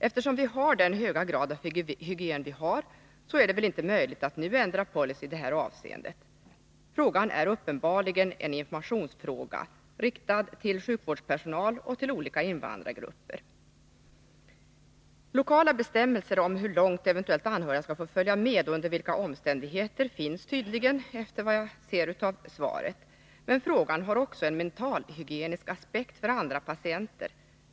Eftersom vi har den höga grad av hygien som vi har, är det väl inte möjligt att nu ändra policy i detta avseende. Det är här uppenbarligen fråga om en information, riktad dels till sjukhuspersonal, dels till olika invandrargrupper. Lokala bestämmelser om hur långt anhöriga skall få följa med och under vilka omständigheter finns tydligen i allmänhet, efter vad jag kan se av svaret. Men frågan har också en mentalhygienisk aspekt för andra patienter.